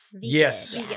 Yes